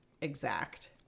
exact